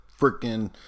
freaking